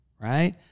Right